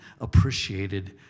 appreciated